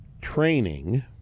training